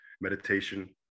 meditation